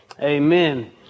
amen